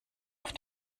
auf